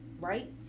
Right